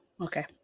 okay